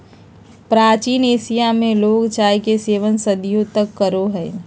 प्राचीन एशिया में लोग चाय के सेवन सदियों तक करो हलय